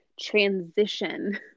transition